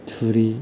थुरि